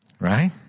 Right